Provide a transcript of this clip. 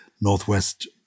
Northwest